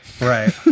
Right